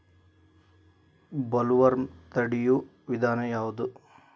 Bollworm ತಡಿಯು ವಿಧಾನ ಯಾವ್ದು?